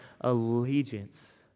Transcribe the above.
allegiance